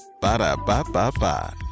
Ba-da-ba-ba-ba